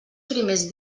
primers